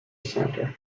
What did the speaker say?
center